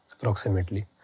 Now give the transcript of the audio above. approximately